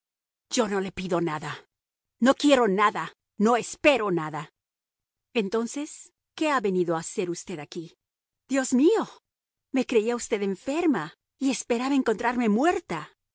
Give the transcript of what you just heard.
yo no le pido nada no quiero nada no espero nada entonces qué ha venido a hacer usted aquí dios mío me creía usted enferma y esperaba encontrarme muerta